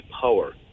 power